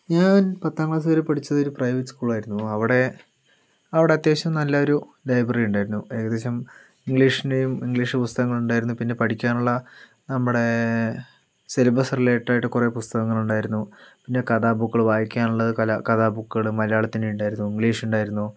ഞാൻ പത്താം ക്ലാസ് വരെ പഠിച്ചത് ഒരു പ്രൈവറ്റ് സ്കൂളിൽ ആയിരുന്നു അവിടെ അവിടെ അത്യാവശ്യം നല്ലൊരു ലൈബ്രറിയുണ്ടായിരുന്നു ഏകദേശം ഇംഗ്ലീഷിൻ്റെയും ഇംഗ്ലീഷ് പുസ്തകങ്ങളുണ്ടായിരുന്നു പഠിക്കാനുള്ള നമ്മുടെ സിലബസ് റിലേറ്റഡായിട്ടുള്ള കുറേ പുസ്തകങ്ങളുണ്ടായിരുന്നു പിന്നെ കഥാബുക്കുകൾ വായിക്കാനുള്ള കഥാ ബുക്കുകൾ മലയാളത്തിൻ്റെ ഉണ്ടായിരുന്നു ഇംഗ്ലീഷ് ഉണ്ടായിരുന്നു